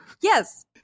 Yes